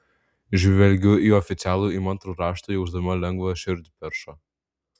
žvelgiu į oficialų įmantrų raštą jausdama lengvą širdperšą